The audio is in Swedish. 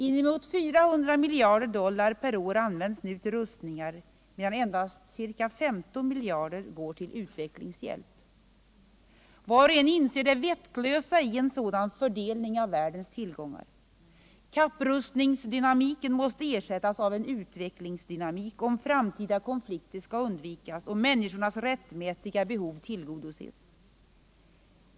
Inemot 400 miljarder dollar per år används nu till rustningar men endast ca 15 miljarder går till utvecklingshjälp. Var och en inser det vettlösa i en sådan fördelning av världens tillgångar. Kapprustningsdynamiken måste ersättas av en utvecklingsdynamik,. om framtida konflikter skall undvikas och människornas rättmätiga behov tillgodoses.